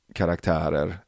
karaktärer